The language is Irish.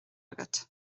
agat